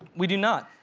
we do not.